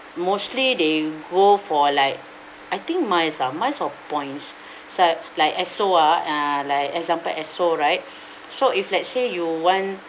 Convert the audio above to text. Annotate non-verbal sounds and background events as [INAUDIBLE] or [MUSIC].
mostly they will go for like I think miles ah miles or points [BREATH] is like [BREATH] like ESSO ah uh like example ESSO right [BREATH] so if let's say you want